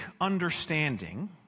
understanding